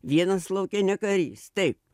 vienas lauke ne karys taip